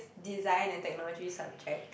design and technology subject